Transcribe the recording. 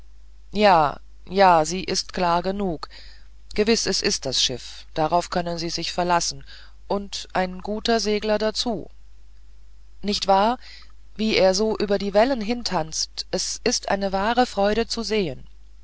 ja ja sie sind klar genug gewiß es ist das schiff darauf können sie sich verlassen und ein guter segler dazu nicht wahr wie er so über die wellen hintanzt es ist eine wahre freude zu sehen